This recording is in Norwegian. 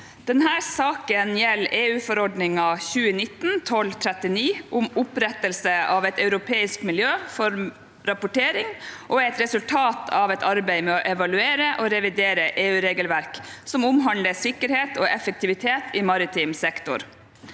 saken gjelder EU-forordning 2019/1239, om opprettelse av et europeisk miljø for rapportering, og er et resultat av et arbeid med å evaluere og revidere EU-regelverk som omhandler sikkerhet og effektivitet i maritim sektor.